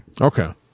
Okay